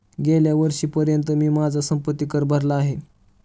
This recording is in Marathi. गेल्या वर्षीपर्यंत मी माझा संपत्ति कर भरला आहे